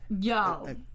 yo